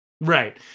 Right